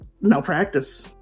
malpractice